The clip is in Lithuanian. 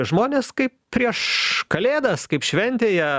žmonės kaip prieš kalėdas kaip šventėje